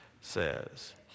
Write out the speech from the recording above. says